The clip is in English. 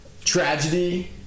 Tragedy